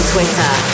Twitter